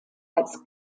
als